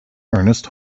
ernest